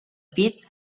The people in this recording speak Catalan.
pit